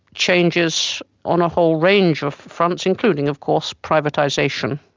changes on a whole range of fronts, including of course privatisation.